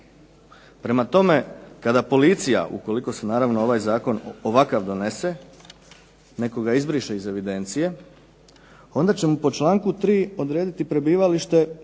Prema tome, kada policija ukoliko se naravno ovaj zakon, ovakav donese netko ga izbriše iz evidencije, onda ćemo po članku 3. odrediti prebivalište kako je